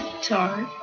Sorry